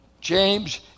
James